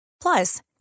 Plus